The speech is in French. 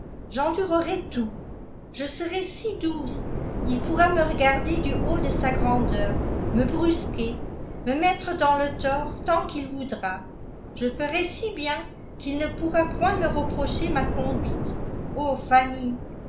j'endurerai tout je serai si douce il pourra me regarder du haut de sa grandeur me brusquer me mettre dans le tort tant qu'il voudra je ferai si bien qu'il ne pourra point me reprocher ma conduite o fanny